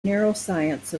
neuroscience